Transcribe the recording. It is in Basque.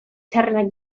txarrenak